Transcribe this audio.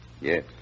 Yes